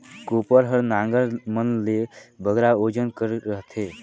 कोपर हर नांगर मन ले बगरा ओजन कर रहथे